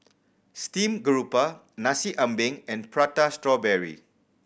steamed garoupa Nasi Ambeng and Prata Strawberry